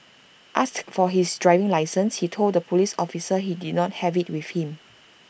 asked for his driving licence he told the Police officer he did not have IT with him